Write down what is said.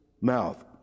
mouth